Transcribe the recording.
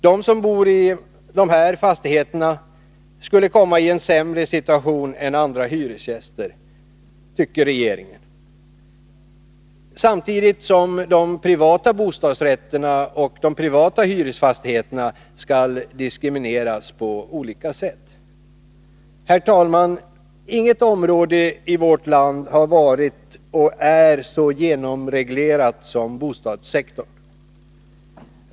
De som bor i dessa fastigheter skall komma i en sämre situation än andra hyresgäster, tycker Herr talman! Inget område i vårt land har varit och är så genomreglerat som bostadssektorn.